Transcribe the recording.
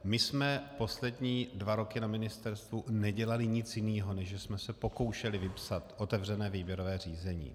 My jsme poslední dva roky na ministerstvu nedělali nic jiného, než že jsme se pokoušeli vypsat otevřené výběrové řízení.